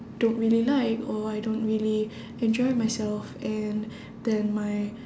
don't really like or I don't really enjoy myself and then my